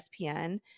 ESPN